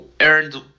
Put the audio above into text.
earned